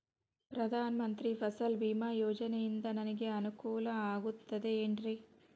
ಪ್ರಧಾನ ಮಂತ್ರಿ ಫಸಲ್ ಭೇಮಾ ಯೋಜನೆಯಿಂದ ನನಗೆ ಅನುಕೂಲ ಆಗುತ್ತದೆ ಎನ್ರಿ?